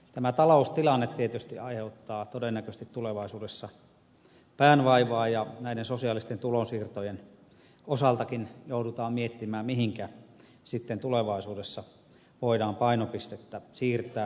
tämä taloustilanne tietysti aiheuttaa todennäköisesti tulevaisuudessa päänvaivaa ja näiden sosiaalisten tulonsiirtojen osaltakin joudutaan miettimään mihinkä sitten tulevaisuudessa voidaan painopistettä siirtää